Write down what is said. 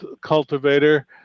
cultivator